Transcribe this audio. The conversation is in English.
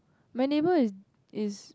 my neighbour is is